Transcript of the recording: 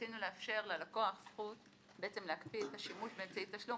רצינו לאפשר ללקוח זכות בעצם להקפיא את השימוש באמצעי תשלום,